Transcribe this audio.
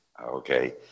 okay